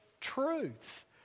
Truth